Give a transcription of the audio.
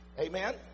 Amen